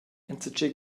enzatgei